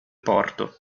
porto